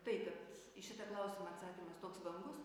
tai kad į šitą klausimą atsakymas toks vangus